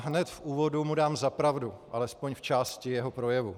Hned v úvodu mu dám za pravdu alespoň v části jeho projevu.